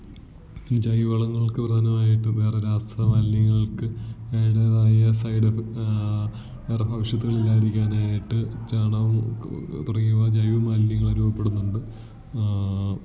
ജൈവ വളങ്ങൾക്ക് പ്രധാനമായിട്ടും വേറെ രാസമാലിന്യങ്ങൾക്ക് അതിന്റെതായ സൈഡ എഫേ വേറെ ഭവിഷത്തുകൾ ഇല്ലാതിരിക്കാനായിട്ട് ചാണകോം തുടങ്ങിയവ ജൈവമാലിന്യങ്ങൾ രൂപപ്പെടുന്നുണ്ട്